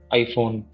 iPhone